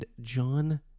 John